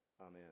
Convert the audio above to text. Amen